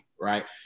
right